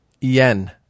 Yen